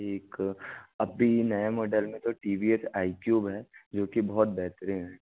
एक अभी नया मॉडल में तो टी वी एस आईक्यूब है जो कि बहुत बेहतरीन है